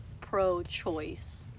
pro-choice